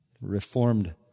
Reformed